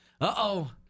Uh-oh